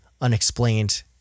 unexplained